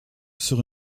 sur